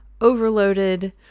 overloaded